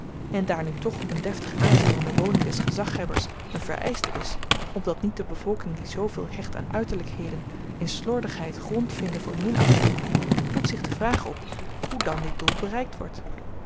en daar nu toch een deftig aanzien van de woning des gezaghebbers een vereischte is opdat niet de bevolking die zooveel hecht aan uiterlykheden in slordigheid grond vinde voor minachting doet zich de vraag op hoe dan dit doel bereikt wordt